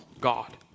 God